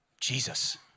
Jesus